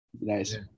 Nice